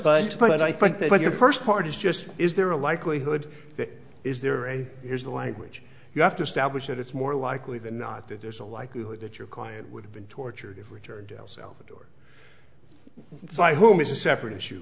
but i think that your first part is just is there a likelihood is there any is the language you have to establish that it's more likely than not that there's a likelihood that your client would have been tortured if richard salvador by whom is a separate issue